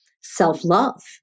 self-love